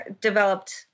developed